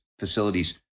facilities